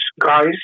guys